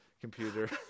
computer